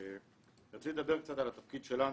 רציתי לדבר קצת על התפקיד שלנו.